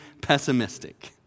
pessimistic